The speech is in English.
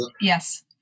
Yes